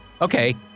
okay